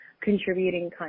contributing